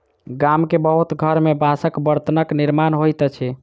गाम के बहुत घर में बांसक बर्तनक निर्माण होइत अछि